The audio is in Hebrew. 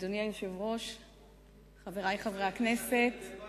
1. מדוע טרם